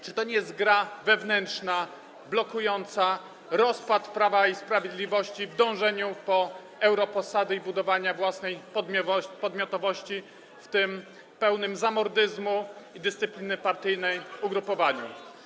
Czy to nie jest wewnętrzna gra blokująca rozpad Prawa i Sprawiedliwości wobec dążenia po europosady i budowania własnej podmiotowości w tym pełnym zamordyzmu i dyscypliny partyjnej ugrupowaniu?